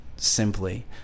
simply